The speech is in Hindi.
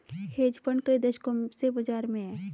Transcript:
हेज फंड कई दशकों से बाज़ार में हैं